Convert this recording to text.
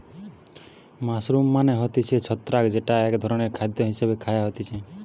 mushroom মানে হতিছে ছত্রাক যেটা এক ধরণের খাদ্য হিসেবে খায়া হতিছে